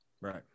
Right